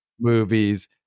movies